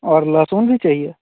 और लहसुन भी चाहिए